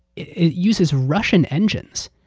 it uses russian engines.